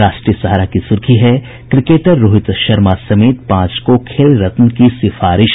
राष्ट्रीय सहारा की सूर्खी है क्रिकेटर रोहित शर्मा समेत पांच को खेल रत्न की सिफारिश